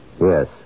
Yes